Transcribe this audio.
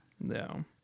No